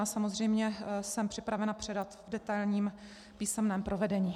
Samozřejmě jsem připravena předat odpověď v detailním písemném provedení.